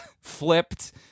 flipped